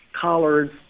collards